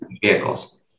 vehicles